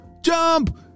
Jump